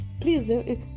please